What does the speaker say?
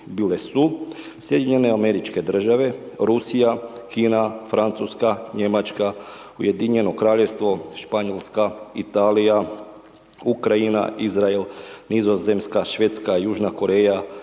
2017. godine bile su SAD-e, Rusija, Kina, Francuska, Njemačka, UK, Španjolska, Italija, Ukrajina, Izrael, Nizozemska, Švedska, Južna Koreja,